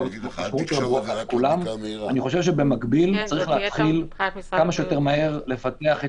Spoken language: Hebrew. אני חושב שבמקביל צריך להתחיל לפתח את